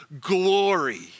glory